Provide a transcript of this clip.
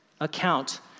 account